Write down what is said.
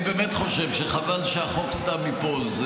אני באמת חושב שחבל שהחוק סתם ייפול.